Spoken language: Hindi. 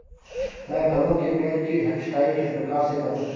मैं फलों के पेड़ की छटाई किस प्रकार से करूं?